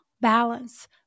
balance